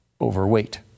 overweight